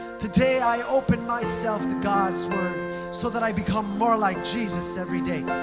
today, i open myself to god's word so that i become more like jesus every day.